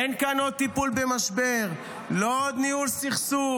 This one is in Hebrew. אין כאן עוד טיפול במשבר, לא עוד ניהול סכסוך,